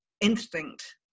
instinct